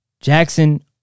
Jackson